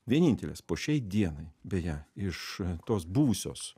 vienintelės po šiai dienai beje iš tos buvusios